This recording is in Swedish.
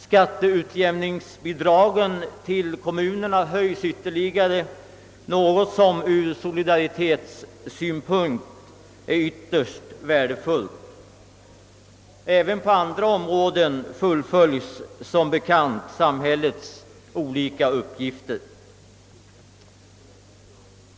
Skatteutjämningsbidraget till kommunerna höjs ytterligare, något som ur solidaritetssynpunkt är ytterst värdefullt. Även på andra områden fullföljs som bekant samhällets olika åtaganden.